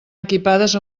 equipades